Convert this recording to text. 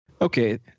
Okay